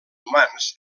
humans